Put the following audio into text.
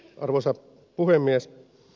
arvoisa puhemies